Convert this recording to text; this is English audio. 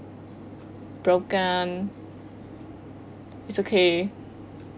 broken it's okay